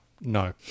no